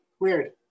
Weird